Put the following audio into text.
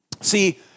See